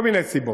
מכל מיני סיבות.